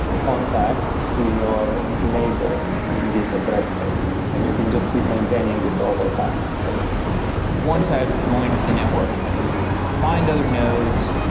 contact to your neighbors in these address space. and you can just keep maintaining this overtime basically once i've joined the network, i can find other nodes.